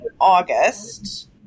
August